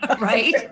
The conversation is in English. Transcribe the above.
right